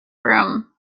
room